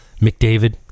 McDavid